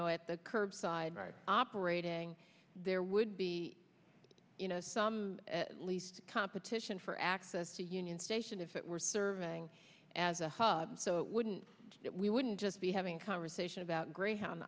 know at the curbside operating there would be some least competition for access to union station if it were serving as a hub so it wouldn't we wouldn't just be having a conversation about greyhound